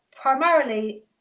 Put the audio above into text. primarily